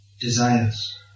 desires